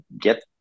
get